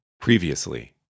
Previously